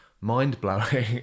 mind-blowing